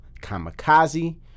Kamikaze